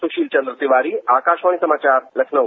सुशील चंद्र तिवारी आकाशवाणी समाचार लखनऊ